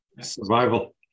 Survival